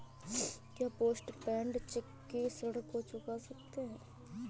क्या post paid cheque से ऋण को चुका सकते हैं?